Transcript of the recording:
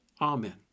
Amen